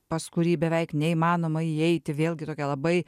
pas kurį beveik neįmanoma įeiti vėlgi tokia labai